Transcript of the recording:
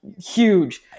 huge